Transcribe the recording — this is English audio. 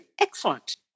Excellent